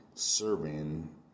serving